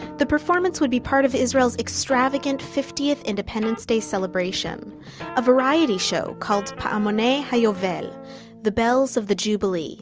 the performance would be part of israel's extravagant fiftieth independence day celebration a variety show called pa'amoney ha'yovel the bells of the jubilee